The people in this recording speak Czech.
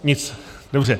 Nic, dobře.